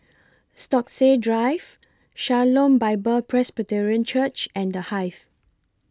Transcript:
Stokesay Drive Shalom Bible Presbyterian Church and The Hive